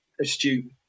astute